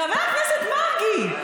חבר הכנסת מרגי,